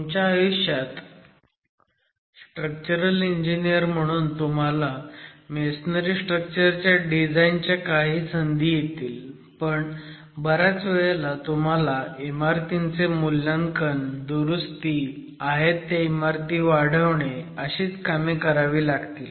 तुमच्या आयुष्यात structural engineer म्हणून तुम्हाला मेसनरी स्ट्रक्चर च्या डिझाईन च्या काही संधी येतील पण बऱ्याच वेळेला तुम्हाला इमारतींचे मूल्यांकन दुरुस्ती आहेत त्या इमारती वाढवणे अशीच कामे करावी लागतील